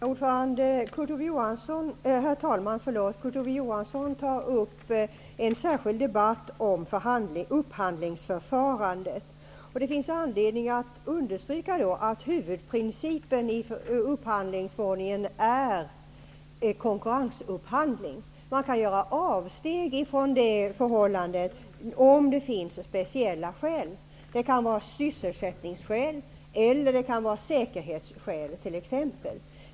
Herr talman! Kurt Ove Johansson tar upp en särskild debatt om upphandlingsförfarandet. Det finns anledning att understryka att huvudprincipen i upphandlingsförordningen är konkurrensupphandling. Man kan göra avsteg från det om det finns speciella skäl; det kan vara sysselsättningsskäl, eller säkerhetsskäl t.ex.